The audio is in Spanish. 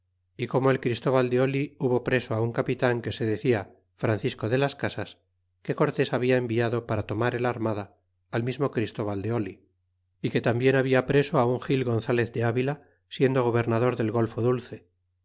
y como el christóbal de oli hubo preso un capitan que se decia francisco de las casas que cortes habia enviado para tomar el armada al mismo christóbal de oli y que tambien habia preso un gil gonzalez de avila siendo gobernador del golfo dulce